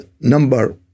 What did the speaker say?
number